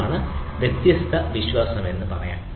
ഇതാണ് വ്യത്യസ്ത വിശ്വാസമെന്ന് പറയാം